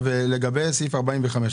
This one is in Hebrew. לגבי סעיף 45,